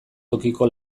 tokiko